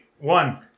one